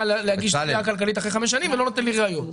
להגיש תביעה כלכלית אחרי חמש שנים ולא נותן לי ראיות.